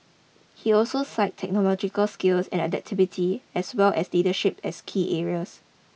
he also cite technological skills and adaptability as well as leadership as key areas